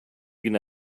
could